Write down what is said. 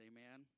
Amen